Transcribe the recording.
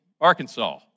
Arkansas